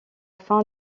fin